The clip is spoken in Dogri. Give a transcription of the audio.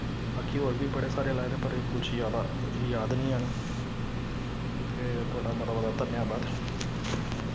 बाकी होर बी बड़े सारे लाए दे पर किश जैदा याद निं हैन ते थुआड़ा मता मता धन्यबाद